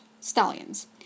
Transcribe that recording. stallions